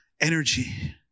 energy